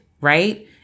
right